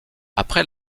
après